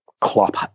Klopp